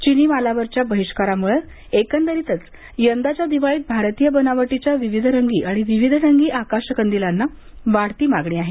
चिनी मालावरील बहिष्कारामुळं एकंदरीतच यंदाच्या दिवाळीत भारतीय बनावटीच्या विविधरंगी आणि विविधढंगी आकाशकंदिलांना वाढती मागणी आहे